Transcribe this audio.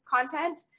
content